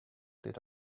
did